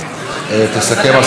תסכם השרה מירי רגב,